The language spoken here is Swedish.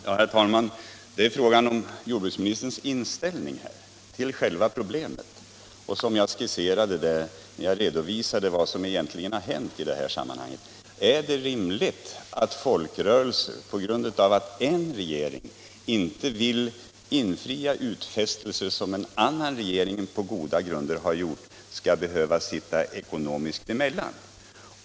Herr talman! Det gäller jordbruksministerns inställning till problemet så som jag skisserade det när jag redovisade vad som egentligen har hänt i sammanhanget. Är det rimligt att folkrörelser får sitta ekonomiskt emellan på grund av att en regering inte vill infria utfästelser som en annan regering på goda grunder gjort?